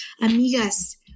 amigas